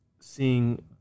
seeing